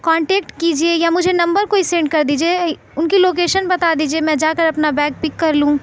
contact کیجیے یا مجھے نمبر کوئی سینڈ کر دیجیے ان کی لوکیشن بتا دیجیے میں جا کر اپنا بیگ پک کر لوں